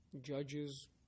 judges